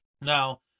now